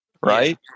Right